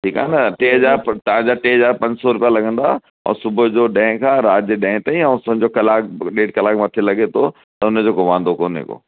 ठीकु आहे न टे हज़ार तव्हां टे हज़ार पंज सौ रुपया लॻंदा ऐं सुबुह जो ॾहें खां राति ॾहें ताईं ऐं समुझो कलाकु ॾेढ क्लाकु मथे लॻे थो त हुन जो को वांदो कोने को